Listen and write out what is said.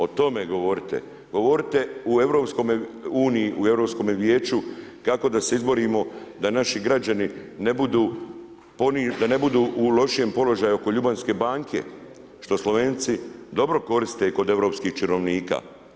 O tome govorite, govorite u EU u Europskome vijeću, kako da se izborimo da naši građani ne budu, da ne budu u lošijem položaju oko Ljubljanske banke, što Slovenci dobro koriste kod europskih činovnika.